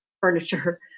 furniture